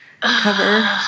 cover